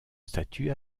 statut